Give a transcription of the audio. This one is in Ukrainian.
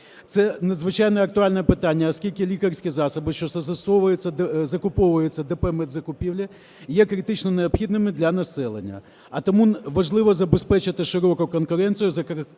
Це надзвичайно актуальне питання, оскільки лікарські засоби, що застосовуються, закуповуються ДП "Медзакупівлі", є критично необхідними для населення. А тому важливо забезпечити широку конкуренцію, зокрема,